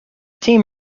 team